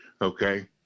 Okay